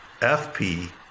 FP